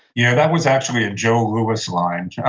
yeah, that was actually a joe lewis line.